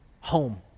home